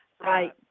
Right